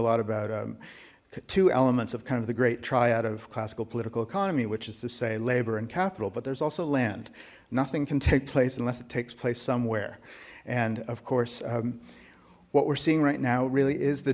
lot about the two elements of kind of the great try out of classical political economy which is to say labor and capital but there's also land nothing can take place unless it takes place somewhere and of course what we're seeing right now really is the